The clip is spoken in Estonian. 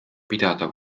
pidada